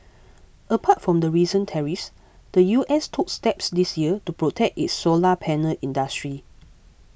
apart from the recent tariffs the U S took steps this year to protect its solar panel industry